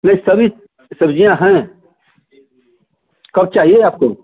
नहीं सभी सब्जियाँ है कब चाहिए आपको